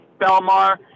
Belmar